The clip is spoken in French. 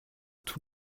tous